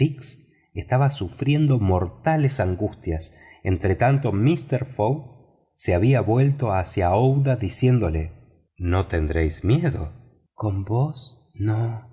estaba sufriendo mortales angustias entretanto mister fogg se había vuelto hacia aouida diciéndole no tendréis miedo con vos no